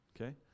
Okay